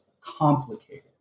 complicated